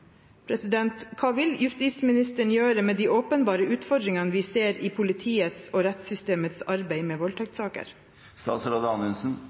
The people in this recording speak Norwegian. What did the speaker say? Hva vil justisministeren gjøre med de åpenbare utfordringene vi ser i politiets og rettssystemets arbeid med